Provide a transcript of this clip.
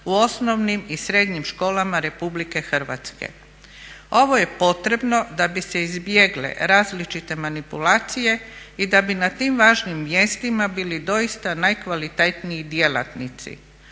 u osnovnim i srednjim školama RH. Ovo je potrebno da bi se izbjegle različite manipulacije i da bi na tim važnim mjestima bili doista najkvalitetniji djelatnici.